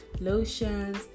lotions